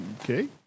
okay